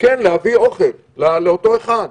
גם להביא אוכל לאותו אחד.